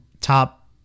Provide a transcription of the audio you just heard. top